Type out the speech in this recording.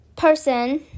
person